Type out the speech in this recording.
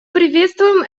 приветствуем